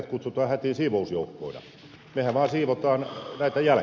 mehän vaan siivoamme näitä jälkiä